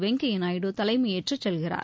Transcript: வெங்கையா நாயுடு தலைமையேற்றுச் செல்கிறார்